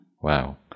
wow